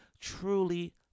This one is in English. Truly